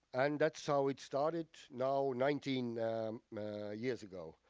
and that's how it started now nineteen years ago.